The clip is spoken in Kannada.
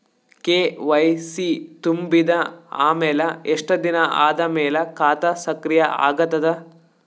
ಕೆ.ವೈ.ಸಿ ತುಂಬಿದ ಅಮೆಲ ಎಷ್ಟ ದಿನ ಆದ ಮೇಲ ಖಾತಾ ಸಕ್ರಿಯ ಅಗತದ?